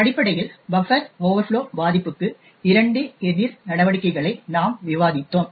அடிப்படையில் buffer overflow பாதிப்புக்கு இரண்டு எதிர் நடவடிக்கைகளை நாம் விவாதித்தோம்